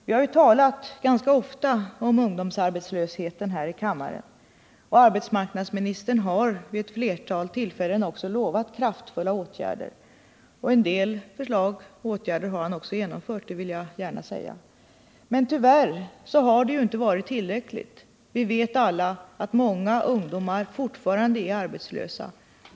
Vi harju här i kammaren talat ganska ofta om ungdomsarbetslösheten, och arbetsmarknadsministern har vid ett flertal villfällen lovat kraftfulla åtgärder. En del förslag och åtgärder har han också genomfört — det vill jag gärna säga. Men tyvärr har det inte varit tillräckligt. Vi vet alla att många ungdomar fortfarande är arbetslösa.